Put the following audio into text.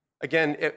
Again